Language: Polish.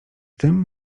tym